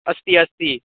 अस्ति अस्ति